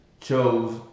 chose